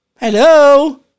Hello